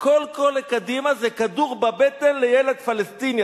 "זה כדור בבטן לילד פלסטיני".